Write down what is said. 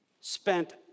spent